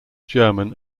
german